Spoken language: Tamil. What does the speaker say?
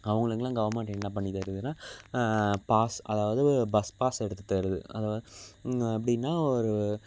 அவங்களுக்கெல்லாம் கவர்மெண்ட் என்னப் பண்ணி தருதுன்னால் பாஸ் அதாவது பஸ் பாஸ் எடுத்து தருது அதுதான் எப்படின்னா ஒரு